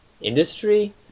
industry